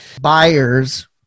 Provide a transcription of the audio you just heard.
buyers